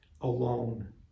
alone